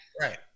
Right